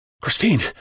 Christine